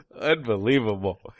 Unbelievable